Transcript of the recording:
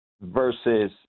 versus